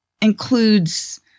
includes